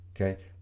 okay